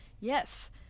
Yes